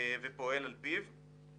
הקובע כי התחזית תוכן באחריות הכלכלן הראשי.